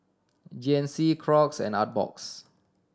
G N C Crocs and Artbox